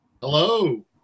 Hello